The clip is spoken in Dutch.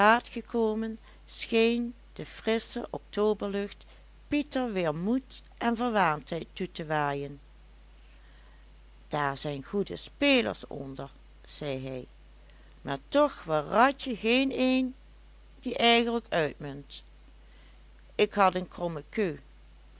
gekomen scheen de frissche octoberlucht pieter weer moed en verwaandheid toe te waaien daar zijn goede spelers onder zei hij maar toch waaràtje geen een die eigenlijk uitmunt ik had een